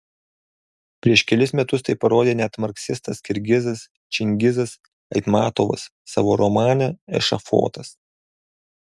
prieš kelis metus tai parodė net marksistas kirgizas čingizas aitmatovas savo romane ešafotas